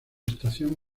estación